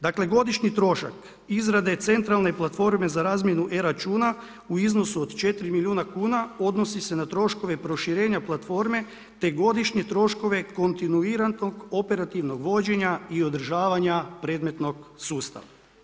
Dakle godišnji trošak izrade centralne platforme za razmjenu e računa u iznosu od 4 milijuna kuna odnosi se na troškove proširenja platforme te godišnje troškove kontinuiranog operativnog vođenja i održavanja predmetnog sustava.